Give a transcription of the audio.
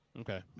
Okay